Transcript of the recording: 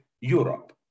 Europe